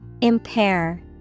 Impair